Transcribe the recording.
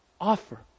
offer